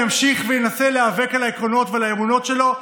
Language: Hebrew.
כל צד ימשיך וינסה להיאבק על העקרונות ועל האמונות שלו,